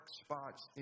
spots